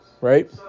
right